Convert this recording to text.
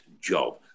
job